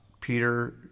Peter